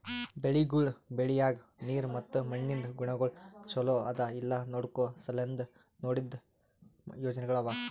ಬೆಳಿಗೊಳ್ ಬೆಳಿಯಾಗ್ ನೀರ್ ಮತ್ತ ಮಣ್ಣಿಂದ್ ಗುಣಗೊಳ್ ಛಲೋ ಅದಾ ಇಲ್ಲಾ ನೋಡ್ಕೋ ಸಲೆಂದ್ ಮಾಡಿದ್ದ ಯೋಜನೆಗೊಳ್ ಅವಾ